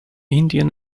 indian